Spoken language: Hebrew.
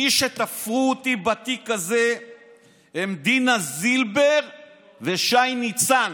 מי שתפרו אותי בתיק הזה הם דינה זילבר ושי ניצן.